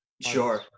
sure